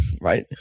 right